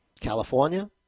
california